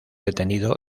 detenido